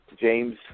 James